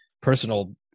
personal